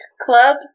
club